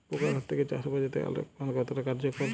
পোকার হাত থেকে চাষ বাচাতে আলোক ফাঁদ কতটা কার্যকর?